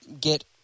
get